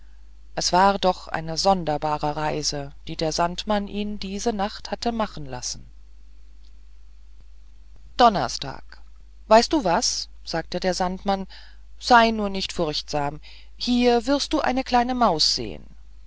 es war doch eine sonderbare reise die der sandmann ihn diese nacht hatte machen lassen donnerstag weißt du was sagte der sandmann sei nur nicht furchtsam hier wirst du eine kleine maus sehen